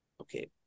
Okay